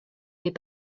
fait